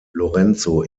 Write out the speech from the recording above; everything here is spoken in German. lorenzo